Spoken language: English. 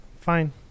Fine